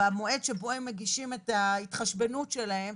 במועד שבו הם מגישים את ההתחשבנות שלהם.